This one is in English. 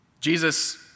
Jesus